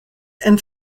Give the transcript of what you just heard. and